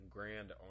Grand